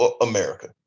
America